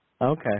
Okay